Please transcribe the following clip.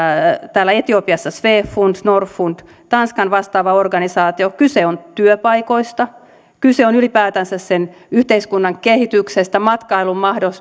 etiopiassa swefund norfund tanskan vastaava organisaatio kyse on työpaikoista kyse on ylipäätänsä sen yhteiskunnan kehityksestä matkailun